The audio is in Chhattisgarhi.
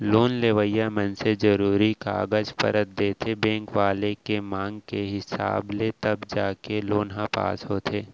लोन लेवइया मनसे जरुरी कागज पतर देथे बेंक वाले के मांग हिसाब ले तब जाके लोन ह पास होथे